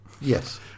Yes